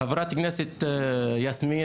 חברת הכנסת יסמין,